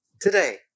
today